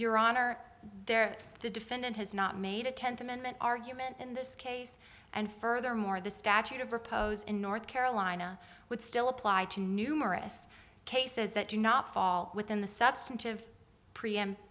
your honor there the defendant has not made a tenth amendment argument in this case and furthermore the statute of repose in north carolina would still apply to numerous cases that do not fall within the substantive preempti